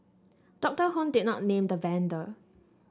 Doctor Hon did not name the vendor